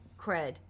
cred